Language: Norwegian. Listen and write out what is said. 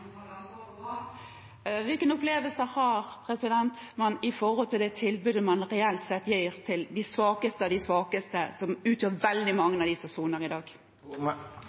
Hvilken opplevelse har man av det tilbudet man reelt sett gir til de svakeste av de svake, som utgjør veldig mange av dem som soner i dag?